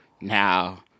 Now